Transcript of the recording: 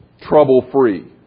trouble-free